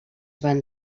van